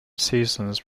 seasons